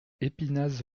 espinasse